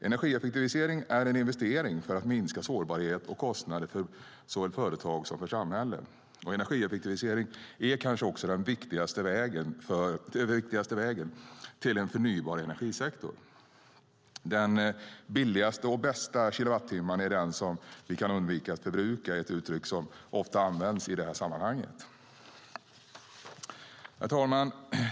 Energieffektivisering är en investering för att minska sårbarhet och kostnader för såväl företag som samhälle. Energieffektivisering är kanske också den viktigaste vägen till en förnybar energisektor. Den billigaste och bästa kilowattimmen är den som vi kan undvika att förbruka - det är ett uttryck som ofta används i det här sammanhanget. Herr talman!